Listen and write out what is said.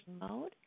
mode